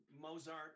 Mozart